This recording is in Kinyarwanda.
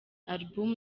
album